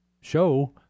show